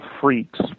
Freaks